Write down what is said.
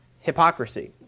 hypocrisy